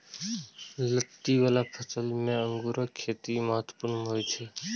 लत्ती बला फसल मे अंगूरक खेती महत्वपूर्ण होइ छै